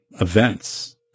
events